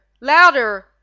LOUDER